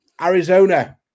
Arizona